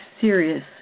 serious